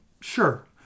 Sure